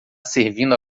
servindo